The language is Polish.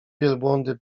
wielbłądy